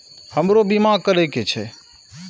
हमरो बीमा करीके छः?